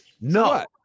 No